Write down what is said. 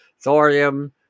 thorium